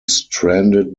stranded